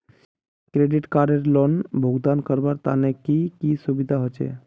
Credit card लोनेर भुगतान करवार तने की की सुविधा होचे??